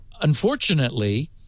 Unfortunately